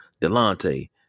Delante